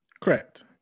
correct